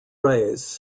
rays